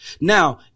Now